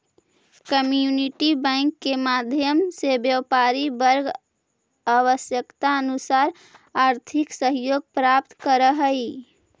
community bank के माध्यम से व्यापारी वर्ग आवश्यकतानुसार आर्थिक सहयोग प्राप्त करऽ हइ